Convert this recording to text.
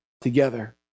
together